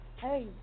Hey